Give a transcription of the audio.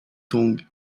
tongue